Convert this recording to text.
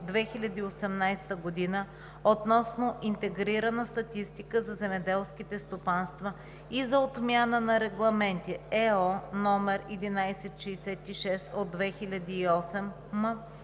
2018 г. относно интегрирана статистика за земеделските стопанства и за отмяна на регламенти (ЕО) № 1166/2008 и